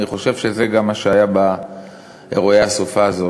אני חושב שזה גם מה שהיה גם באירועי הסופה הזאת.